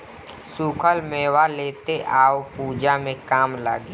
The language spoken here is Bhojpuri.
सुखल मेवा लेते आव पूजा में काम लागी